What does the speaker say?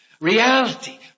reality